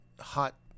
hot